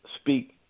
speak